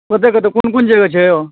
कतऽ कतऽ कोन कोन जगह छै यौ